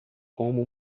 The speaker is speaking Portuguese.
como